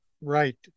right